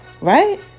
right